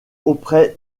auprès